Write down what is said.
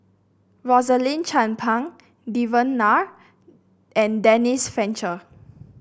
Rosaline Chan Pang Devan Nair and Denise Fletcher